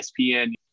ESPN